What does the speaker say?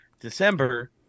December